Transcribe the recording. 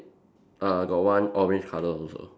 uh got one orange colour also